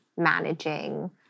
managing